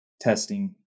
testing